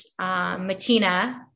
Matina